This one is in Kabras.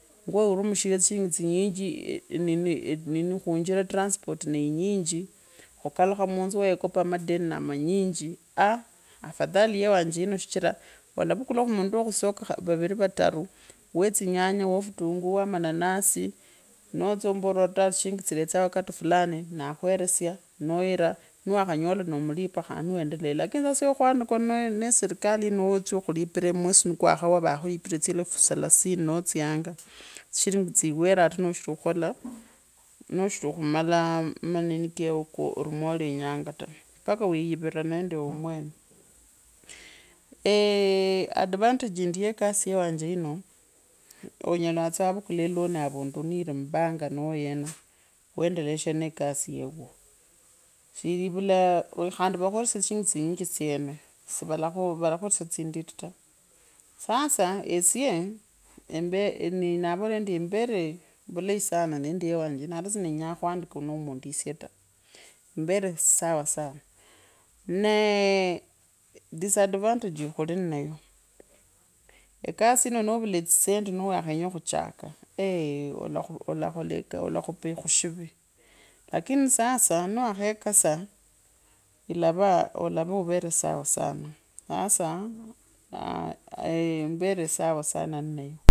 Nywoyie urumishire tsishirinji tsi nyishi inini nini khuunjira etransport niinji khukalukha munzu wa yekopa madeni naa manyinji aah. afadhali yewanje yino shichra ulavukalakhu mundu wa khusoko vauri vatani we tsi nyenya wofutunguru wa mananasi. noo otsye ombere ori tsishirinji tsretsanga wakati fulani naa khweresia noo era niwakhonyola no mlipe khandi niwendelea lakini sasa kazi yao khwandikwa nee eserikali yino noo tsya khulipwa mwesi ni kwa khawa vaa khulipire tsyelefu salasini noo tsyanga tsishirinji tsiwere ata noo shiri khukhola nooshiri khumalaa manini kewawo koo oli mwelenyaanga ta. paka wuuyirira newe omwene advantage yindi ye kasi ye wanje yino onyela wetsya wa vuula khandi va kweresya tsishirinji tsi nyinji tsyene sivalakhweresya tsi ta. sasa esyee embere ne navola endi embere vulei sana nende yewanje ata shindenya e khuwandikwa noo mundu ta esyee taa mbere sawa sawa nee disadvantages ya khulinayo ekasi yino novula etsisendi niwekhenya khuchaka eeh. olakhupa khushivi lakini sasa niwa khekasa ilava avere owene sana aa mbere sawa sana nnayo.